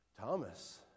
Thomas